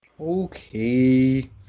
okay